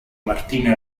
martino